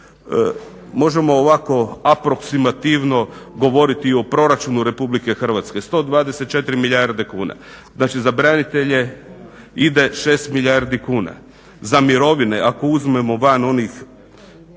Možemo ovako aproksimativno govoriti o proračunu RH. 124 milijarde kuna, znači za branitelje ide 6 milijardi kuna, za mirovine ako uzmemo van one